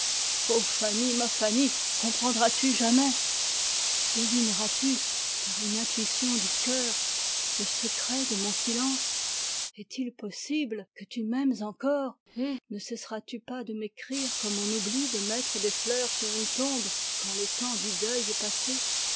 fanny ma fanny comprendras tu jamais devineras tu par une intuition du cœur le secret de mon silence est-il possible que tu m'aimes encore et ne cesseras tu pas de m'écrire comme on oublie de mettre des fleurs sur une tombe quand le temps du deuil est passé